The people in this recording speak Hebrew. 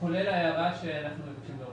כולל ההערה שאנחנו ומבקשים להוריד.